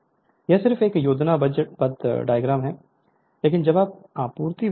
तो यह इन दो हेड मात्राओं के बीच का अंतर है जो वास्तव में आर्मेचर सर्किट के प्रतिरोध के माध्यम से करंट ड्राइव करता है